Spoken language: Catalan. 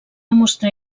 mostrar